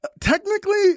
Technically